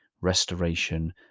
restoration